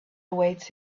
awaits